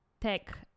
tech